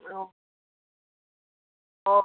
ও ও